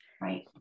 Right